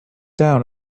down